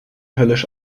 höllisch